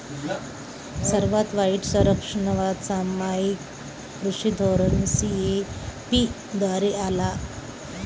सर्वात वाईट संरक्षणवाद सामायिक कृषी धोरण सी.ए.पी द्वारे आला